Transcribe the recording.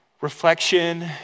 reflection